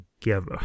together